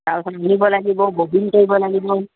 তাৰপাছত আনিব লাগিব ববিন কৰিব লাগিব